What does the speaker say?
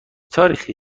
تاریخی